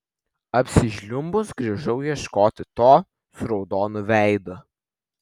apsižliumbus grįžau ieškoti to su raudonu veidu